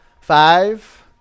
Five